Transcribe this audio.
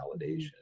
validation